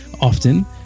often